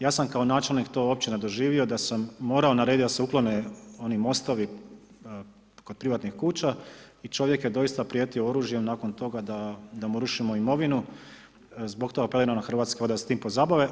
Ja sam kao načelnik to općina doživio, da sam morao naredio, da se uklone oni mostovi kod privatnih kuća i čovjek je doista prijetio oružjem, nakon toga da mu rušimo imovinu, zbog toga apeliram na Hrvatske vode da se tim pozabave.